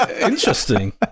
interesting